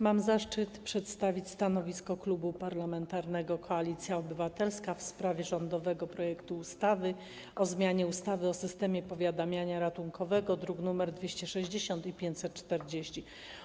Mam zaszczyt przedstawić stanowisko Klubu Parlamentarnego Koalicja Obywatelska w sprawie rządowego projektu ustawy o zmianie ustawy o systemie powiadamiania ratunkowego, druki nr 260 i 540.